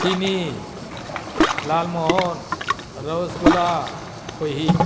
ꯆꯤꯅꯤ ꯂꯥꯜ ꯃꯣꯍꯣꯟ ꯔꯁ ꯒꯨꯂꯥ ꯈꯣꯏꯍꯤ